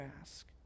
ask